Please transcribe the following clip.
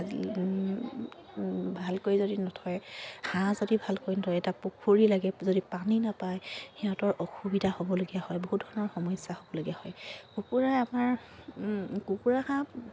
ভালকৈ যদি নথয় হাঁহ যদি ভালকৈ নথয় এটা পুখুৰী লাগে যদি পানী নাপায় সিহঁতৰ অসুবিধা হ'বলগীয়া হয় বহুত ধৰণৰ সমস্যা হ'বলগীয়া হয় কুকুৰা আমাৰ কুকুৰা হাঁহ